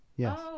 yes